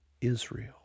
Israel